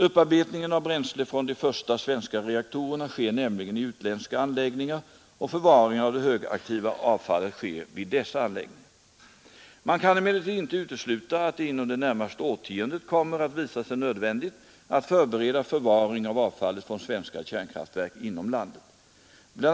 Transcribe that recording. Upparbetningen av bränsle från de första svenska reaktorerna sker nämligen i utländska anläggningar och förvaringen av det högaktiva avfallet sker vid dessa anläggningar. Man kan emellertid inte utesluta att det inom det närmaste årtiondet kommer att visa sig nödvändigt att förbereda förvaring av avfallet från svenska kärnkraftverk inom landet. Bl.